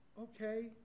okay